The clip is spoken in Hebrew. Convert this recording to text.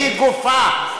היא גופה,